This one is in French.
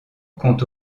compte